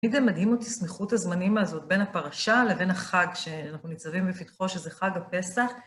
תמיד זה מדהים אותי, סמיכות הזמנים הזאת בין הפרשה לבין החג שאנחנו ניצבים בפתחו, שזה חג הפסח.